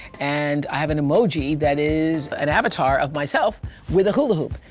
and i have an emoji that is an avatar of myself with a hula hoop.